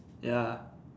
ya